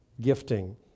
gifting